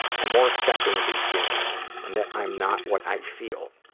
i'm more accepting of these feelings and that i am not what i feel.